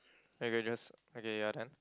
I can just okay ya then